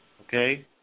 Okay